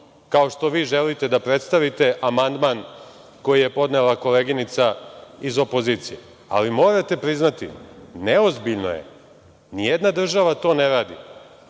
kao što vi želite da predstavite amandman koji je podnela koleginica iz opozicije, ali, morate priznati neozbiljno je, ni jedna država to ne radi,